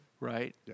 Right